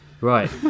right